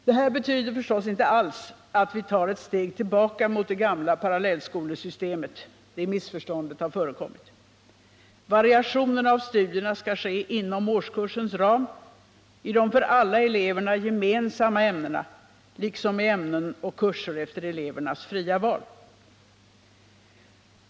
Detta betyder förstås inte alls att vi tar ett steg tillbaka mot det gamla parallellskolesystemet — det missförståndet har förekommit. Variationerna av studierna skall ske inom årskursens ram i de för alla eleverna gemensamma ämnena, liksom i ämnen och kurser efter elevernas fria val.